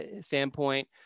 standpoint